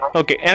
okay